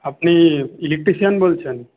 আপনি ইলেকট্রিশিয়ান বলছেন